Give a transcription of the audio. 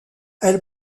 elle